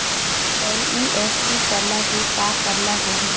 NEFT करना हे का करना होही?